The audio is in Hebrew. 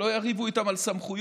שלא יריבו איתם על סמכויות,